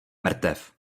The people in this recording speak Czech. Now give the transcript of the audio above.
mrtev